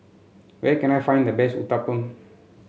where can I find the best Uthapum